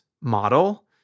model